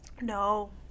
no